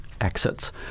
exits